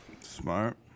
Smart